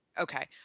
okay